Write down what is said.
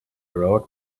road